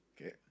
okay